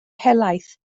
helaeth